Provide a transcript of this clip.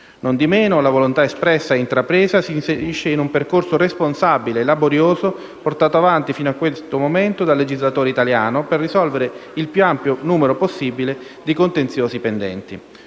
Non di meno, la volontà espressa e intrapresa si inserisce in un percorso responsabile e laborioso portato avanti fino a questo momento dal legislatore italiano per risolvere il più ampio numero di contenziosi pendenti.